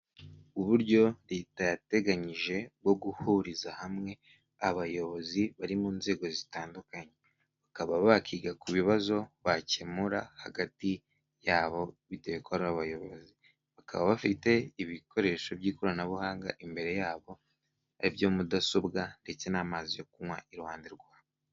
Uburyo leta yateganyije bwo guhuriza hamwe abayobozi bari mu nzego zitandukanye, bakaba bakiga ku bibazo bakemura hagati yabo bitewe n'uko ari abayobozi, bakaba bafite ibikoresho by'ikoranabuhanga imbere yabo ari byo mudasobwa ndetse n'amazi yo kunywa iruhande rwabo.